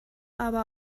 aber